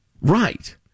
Right